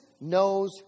knows